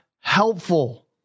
helpful